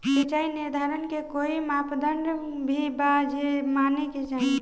सिचाई निर्धारण के कोई मापदंड भी बा जे माने के चाही?